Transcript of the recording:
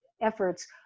efforts